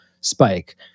spike